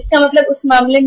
तो इस मामले में क्या हुआ